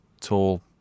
tall